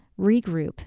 regroup